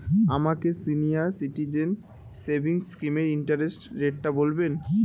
আমাকে senior citizen savings স্কিমের interest রেটটা বলবেন